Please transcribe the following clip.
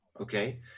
okay